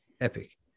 epic